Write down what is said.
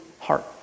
heart